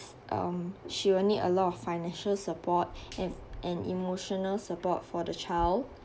um she will need a lot of financial support and and emotional support for the child